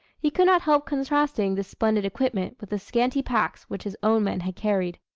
he could not help contrasting this splendid equipment with the scanty packs which his own men had carried.